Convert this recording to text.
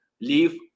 leave